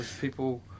people